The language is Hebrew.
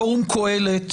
פורום קהלת,